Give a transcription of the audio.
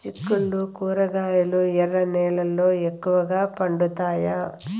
చిక్కుళ్లు కూరగాయలు ఎర్ర నేలల్లో ఎక్కువగా పండుతాయా